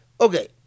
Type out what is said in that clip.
Okay